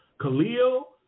Khalil